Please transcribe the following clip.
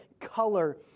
color